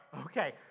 Okay